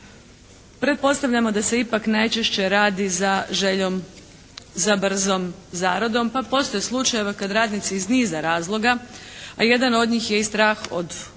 Pretpostavljamo da se ipak najčešće radi za željom za brzom zaradom pa postoji slučajeva kada radnici iz niza razloga, a jedan od njih je i strah od otkaza,